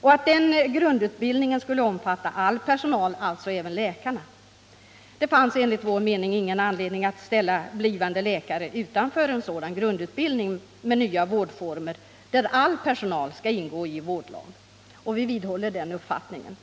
och att den grundutbildningen skulle omfatta all personal, alltså även läkarna. Det fanns enligt vår mening ingen anledning att ställa blivande läkare utanför en sådan grundutbildning med nya vårdformer, där all personal skall ingå i vårdlag. Vi vidhåller den uppfattningen.